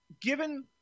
Given